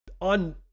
on